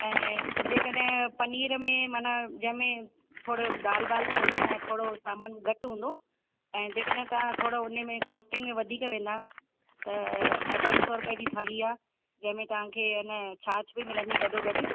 ऐं जेकॾहिं पनीर में मन जंहिं में थोरो दालि ॿाल बि हुंदो ऐं थोरो सामान घटि हुंदो ऐं जेकॾहिं तव्हां थोरो उनेमें कॉस्टिंग में वधीक वेंदा त अढाई सौ रुपए जी थाली आहे जंहिंमें तव्हांखे ए न शाशु बि मिलंदी गॾो गॾु